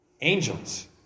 Angels